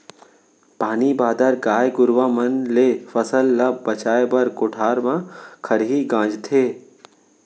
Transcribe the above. पानी बादर, गाय गरूवा मन ले फसल ल बचाए बर कोठार म खरही गांजथें